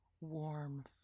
warm